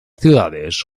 ciudades